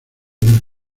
del